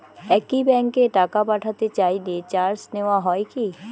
একই ব্যাংকে টাকা পাঠাতে চাইলে চার্জ নেওয়া হয় কি?